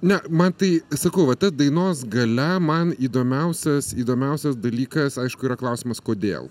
ne man tai sakau va ta dainos galia man įdomiausias įdomiausias dalykas aišku yra klausimas kodėl